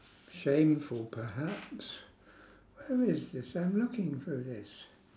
shameful perhaps where is this I'm looking for this